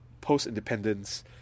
post-Independence